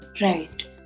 right